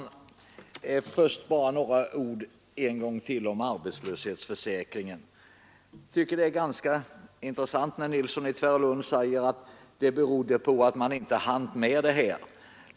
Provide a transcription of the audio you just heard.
Herr talman! Först bara några ord en gång till om arbetslöshetsförsäkringen, Jag tycker det är ganska intressant när herr Nilsson i Tvärålund säger att man inte hann med det här.